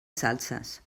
salses